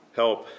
help